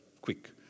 quick